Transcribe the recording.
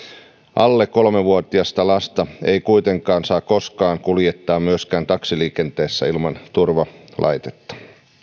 alle kolme vuotiasta lasta ei kuitenkaan saa koskaan kuljettaa myöskään taksiliikenteessä ilman turvalaitetta